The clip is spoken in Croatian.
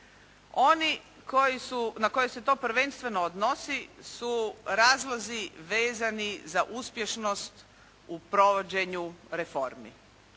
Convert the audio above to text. su, na koje se to prvenstveno odnosi su razlozi vezani za uspješnost u provođenju reformi.